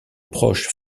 proche